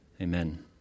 Amen